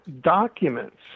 documents